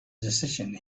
decision